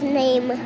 name